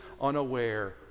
unaware